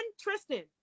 tristan